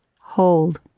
hold